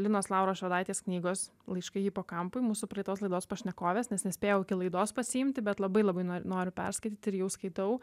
linos lauros žalaitės knygos laiškai hipokampui mūsų praeitos laidos pašnekovės nes nespėjau iki laidos pasiimti bet labai labai noriu perskaityti ir jau skaitau